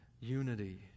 unity